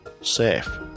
safe